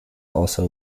also